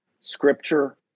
scripture